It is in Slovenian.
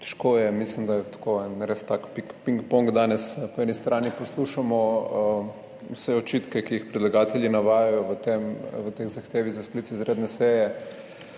težko je, mislim da je tako, en res tak ping pong danes. Po eni strani poslušamo vse očitke, ki jih predlagatelji navajajo v tej zahtevi za sklic izredne seje